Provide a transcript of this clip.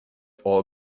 all